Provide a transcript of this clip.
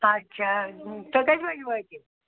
اَچھا تُہۍ کٔژِ بَجہِ وٲتِو